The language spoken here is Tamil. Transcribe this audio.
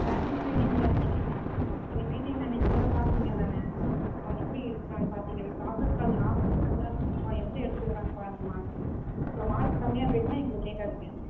பேரெண்ட்ஸ் மீட்டிங்கில் அன்றைக்கி நீங்கள் மீட்டிங் அன்றைக் கூட பார்த்தீங்க தானே அவன் எப்படி இருக்கறான் பாத்தீங்கள்கல ப்ராக்ரஸ் கார்டு லாஸ்ட்டு செம்மில் அவன் எப்படி எடுத்துக்கறான் பாருங்கள் மார்க்கு அப்புறம் மார்க் கம்மியாக போய்ட்டுன்னா எங்களை கேட்காதீங்க